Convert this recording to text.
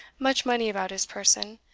much money about his person,